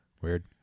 Weird